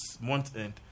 month-end